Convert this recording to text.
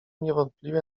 niewątpliwie